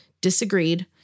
disagreed